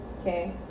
okay